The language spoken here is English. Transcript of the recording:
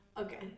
Okay